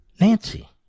Nancy